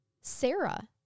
Sarah